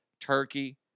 turkey